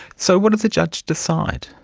so what did the judge decide?